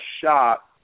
shot